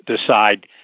decide –